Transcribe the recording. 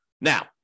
Now